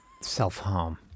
self-harm